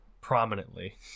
prominently